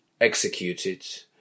executed